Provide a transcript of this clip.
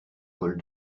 col